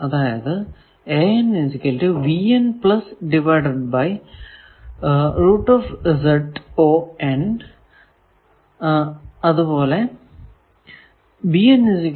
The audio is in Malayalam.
അതായതു എന്നിവയും നോക്കുക